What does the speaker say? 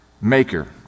maker